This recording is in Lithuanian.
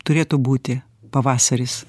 turėtų būti pavasaris